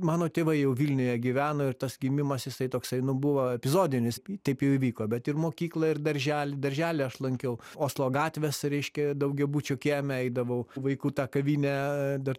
mano tėvai jau vilniuje gyveno ir tas gimimas jisai toksai nu buvo epizodinis taip jau įvyko bet ir mokyklą ir darželį darželį aš lankiau oslo gatvės reiškia daugiabučio kieme eidavau į vaikų tą kavinę dar